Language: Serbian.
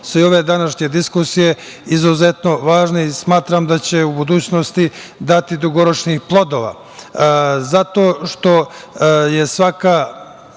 su ove današnje diskusije izuzetno važne i smatram da će u budućnosti dati dugoročnih plodova. Zato što je svaka